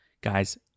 Guys